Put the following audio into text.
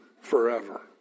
forever